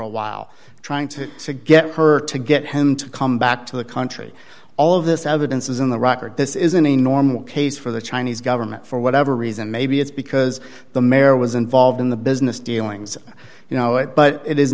a while trying to to get her to get hen to come back to the country all of this evidence is in the rocker this isn't a normal case for the chinese government for whatever reason maybe it's because the mayor was involved in the business dealings you know it but it is